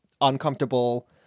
uncomfortable